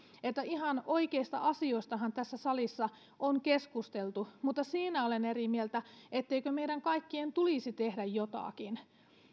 eli ihan oikeista asioistahan tässä salissa on keskusteltu siitä olen eri mieltä etteikö meidän kaikkien tulisi tehdä jotakin